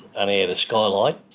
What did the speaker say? um a and skylight,